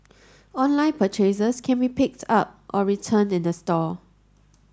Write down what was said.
online purchases can be picked up or returned in the store